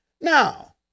Now